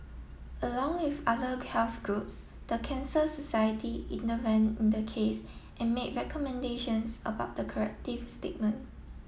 along with other health groups the Cancer Society intervened in the case and made recommendations about the corrective statement